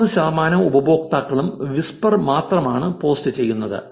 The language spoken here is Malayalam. മുപ്പത് ശതമാനം ഉപയോക്താക്കളും വിസ്പർ മാത്രമാണ് പോസ്റ്റ് ചെയ്യുന്നത്